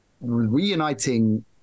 reuniting